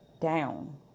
down